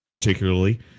particularly